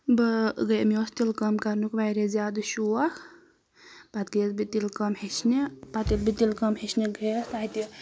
بہٕ گٔے مےٚ اوس تِلہٕ کٲم کَرنُک واریاہ زیادٕ شوق پَتہٕ گٔیَس بہٕ تِلہٕ کٲم ہیٚچھنہِ پَتہٕ ییٚلہِ بہٕ تِلہٕ کٲم ہیٚچھنہِ گٔیَس تَتہِ